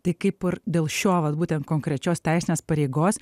tai kaip ir dėl šio vat būtent konkrečios teisinės pareigos